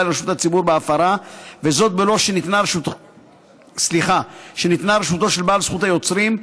לרשות הציבור בהפרה בלא שניתנה רשותו של בעל זכות היוצרים,